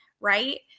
Right